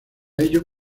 ello